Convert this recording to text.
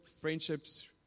friendships